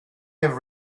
have